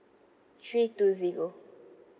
three two zero